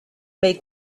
make